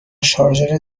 شارژر